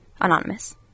anonymous